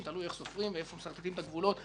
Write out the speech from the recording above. תלוי איך סופרים ואיפה משרטטים את הגבולות,